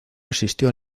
asistió